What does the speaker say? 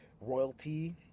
royalty